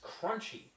crunchy